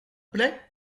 plait